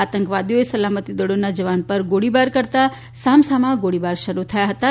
આતંકવાદીઓએ સલામતીદળોનાં જવાનો પર ગોળીબાર કરતાં સામસામાં ગોળીબાર શરૂ થયાં હતાં